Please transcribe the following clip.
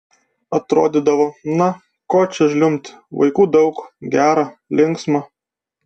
atrodydavo na ko čia žliumbti vaikų daug gera linksma